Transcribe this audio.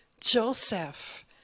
Joseph